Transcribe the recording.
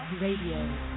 Radio